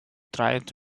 tried